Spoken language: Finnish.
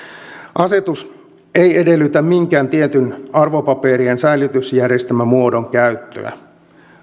asetus ei edellytä minkään tietyn arvopaperien säilytysjärjestelmämuodon käyttöä